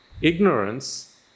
ignorance